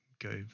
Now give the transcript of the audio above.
go